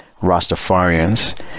Rastafarians